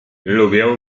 lubię